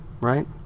right